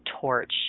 torch